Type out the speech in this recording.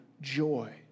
joy